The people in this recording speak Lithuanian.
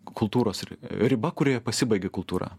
kultūros ri riba kurioje pasibaigia kultūra